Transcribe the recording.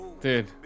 dude